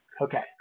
okay